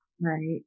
right